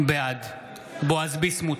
בעד בועז ביסמוט,